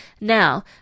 Now